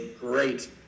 great